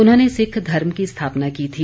उन्होंने सिक्ख धर्म की स्थापना की थी